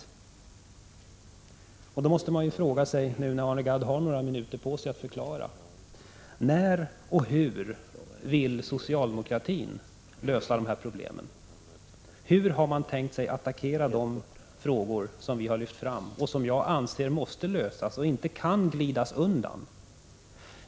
Jag måste fråga Arne Gaddnu 5 juni 1986 när han har några minuter på sig att svara: När och hur vill socialdemokraterna lösa dessa problem? Hur har man tänkt sig att attackera de frågor som vi lyfter fram och som jag anser måste lösas och inte kan glidas undan?